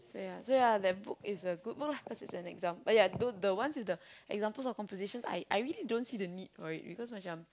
so yeah so yeah that book is a good book lah cause it's an example oh yeah the the ones with the examples of compositions I I really don't see a need for it because macam